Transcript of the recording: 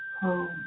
home